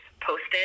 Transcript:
posted